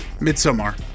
Midsummer